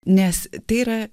nes tai yra